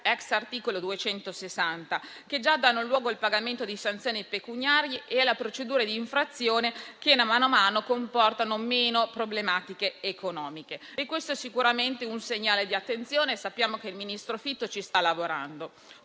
*ex* articolo 260, che già danno luogo al pagamento di sanzione pecuniarie, e alle procedure di infrazione che mano a mano comportano meno problematiche economiche. Questo è sicuramente un segnale di attenzione e sappiamo che il ministro Fitto ci sta lavorando.